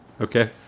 Okay